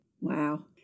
Wow